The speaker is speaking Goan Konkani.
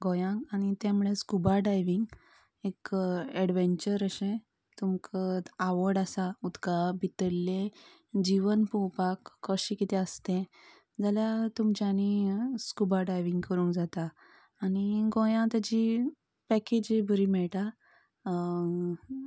गोंयांत आनी तें म्हणल्यार स्कुबा डायवींग एक एडवँचर अशें तुमकां आवड आसा उदका भितरलें जिवन पळोवपाक कशें कितें आसता तें जाल्यार तुमच्यानी स्कुबा डायवींग करूंक जाता आनी गोंयांत ताची पॅकॅजीय बरी मेळटा